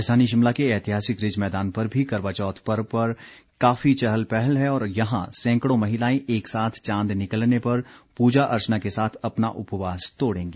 राजधानी शिमला के एतिहासिक रिज मैदान पर भी करवा चौथ पर्व पर काफी चहल पहल है और यहां सैंकड़ों महिलाएं एक साथ चांद निकलने पर पूजा अर्चना के साथ अपना उपवास तोड़ेंगी